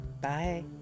Bye